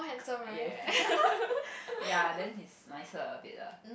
yes ya then he's nicer a bit lah